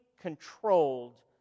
controlled